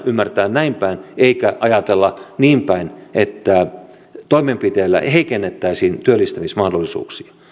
ymmärtää näinpäin eikä ajatella niinpäin että toimenpiteillä heikennettäisiin työllistämismahdollisuuksia